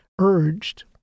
urged